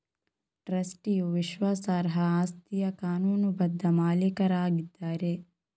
ಟ್ರಸ್ಟಿಯು ವಿಶ್ವಾಸಾರ್ಹ ಆಸ್ತಿಯ ಕಾನೂನುಬದ್ಧ ಮಾಲೀಕರಾಗಿದ್ದಾರೆ